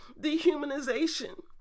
dehumanization